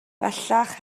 bellach